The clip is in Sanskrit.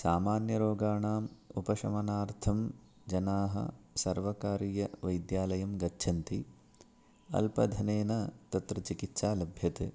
सामान्यरोगाणाम् उपशमनार्थं जनाः सर्वकारीयवैद्यालयं गच्छन्ति अल्पधनेन तत्र चिकित्सा लभ्यते